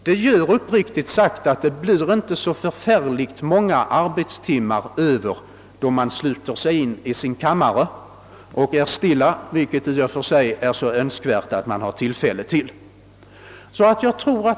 Därför blir det strängt taget inte så många arbetstimmar över då man sluter sig inne i sin kammare och är stilla, vilket det i och för sig är så önskvärt att man har tillfälle till.